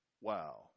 Wow